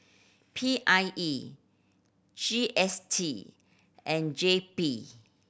P I E G S T and J P